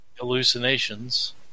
hallucinations